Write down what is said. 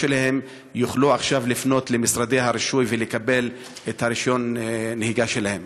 שלהם יוכלו עכשיו לפנות למשרדי הרישוי ולקבל את רישיון הנהיגה שלהם.